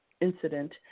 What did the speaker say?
incident